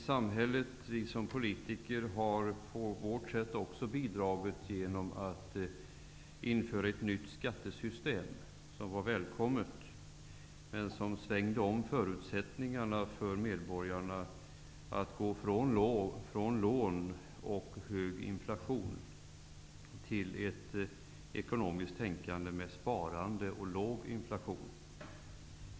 Samhället och politikerna bidrog till detta genom att införa ett nytt skattesystem, som var välkommet men som ändrade förutsättningarna för medborgarna - man tvingades gå från lån och hög inflation till ett ekonomiskt tänkande med sparande och låg inflation.